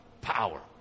power